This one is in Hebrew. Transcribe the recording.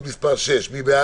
מי נגד?